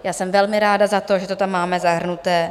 Já jsem velmi ráda za to, že to tam máme zahrnuté.